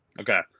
Okay